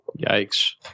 yikes